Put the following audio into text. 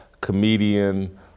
comedian